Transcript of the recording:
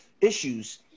issues